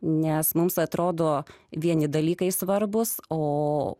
nes mums atrodo vieni dalykai svarbūs o